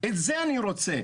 את זה אני רוצה.